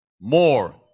More